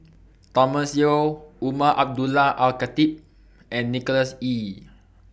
Thomas Yeo Umar Abdullah Al Khatib and Nicholas Ee